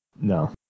No